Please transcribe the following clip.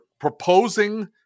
proposing